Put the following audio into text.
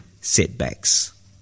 setbacks